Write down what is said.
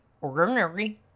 ordinary